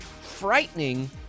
frightening